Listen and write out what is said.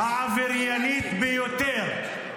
-- העבריינית ביותר -- עבריינית.